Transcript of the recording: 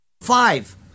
Five